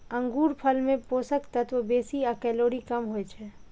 अंगूरफल मे पोषक तत्व बेसी आ कैलोरी कम होइ छै